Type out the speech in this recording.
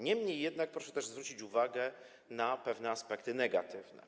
Niemniej jednak proszę też zwrócić uwagę na pewne aspekty negatywne.